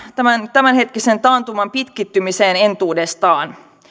tämänhetkisen taantuman pitkittymiseen entuudestaan